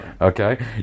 Okay